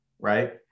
right